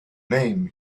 name